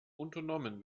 unternommen